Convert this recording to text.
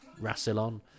Rassilon